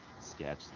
sketch